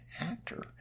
actor